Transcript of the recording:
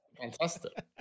fantastic